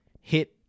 hit